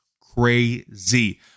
crazy